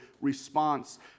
response